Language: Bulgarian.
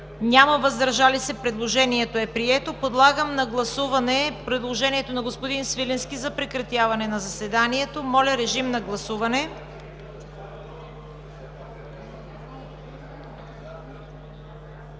73, въздържали се няма. Предложението е прието. Подлагам на гласуване предложението на господин Свиленски за прекратяване на заседанието. Гласували